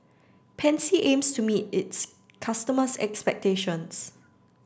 pansy aims to meet its customers' expectations